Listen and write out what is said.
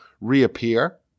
reappear